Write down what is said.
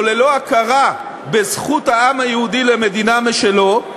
ללא הכרה בזכות העם היהודי למדינה משלו,